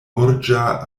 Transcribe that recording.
urĝa